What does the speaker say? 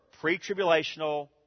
pre-tribulational